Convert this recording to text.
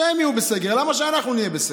שהם יהיו בסגר, למה שאנחנו נהיה בסגר?